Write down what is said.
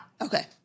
Okay